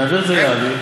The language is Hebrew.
נעביר את זה לאבי.